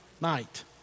night